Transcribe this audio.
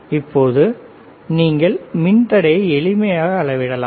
இப்போது நீங்கள் மின்தடையை எளிமையாக அளவிடலாம்